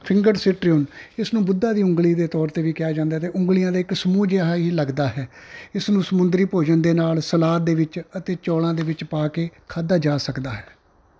finger citron ਇਸਨੂੰ ਬੁੱਧਾ ਦੀ ਉਂਗਲੀ ਦੇ ਤੌਰ 'ਤੇ ਵੀ ਕਿਹਾ ਜਾਂਦਾ ਅਤੇ ਉਂਗਲੀਆਂ ਦੇ ਇੱਕ ਸਮੂਹ ਜਿਹਾ ਹੀ ਲੱਗਦਾ ਹੈ ਇਸ ਨੂੰ ਸਮੁੰਦਰੀ ਭੋਜਨ ਦੇ ਨਾਲ ਸਲਾਦ ਦੇ ਵਿੱਚ ਅਤੇ ਚੌਲਾਂ ਦੇ ਵਿੱਚ ਪਾ ਕੇ ਖਾਧਾ ਜਾ ਸਕਦਾ ਹੈ